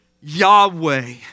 Yahweh